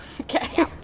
Okay